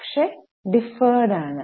പക്ഷെ ഡിഫഡ് ആണ്